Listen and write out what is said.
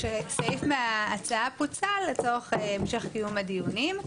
כשסעיף מההצעה פוצל לצורך המשך קיום הדיונים.